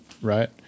right